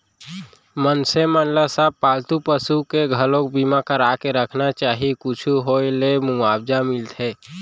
मनसे मन ल सब पालतू पसु मन के घलोक बीमा करा के रखना चाही कुछु होय ले मुवाजा मिलथे